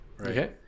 Okay